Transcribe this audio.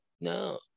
no